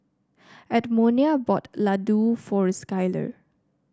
Edmonia bought Ladoo for Skyler